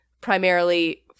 primarily